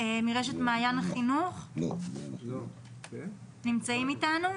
מרשת מעיין החינוך נמצאים איתנו?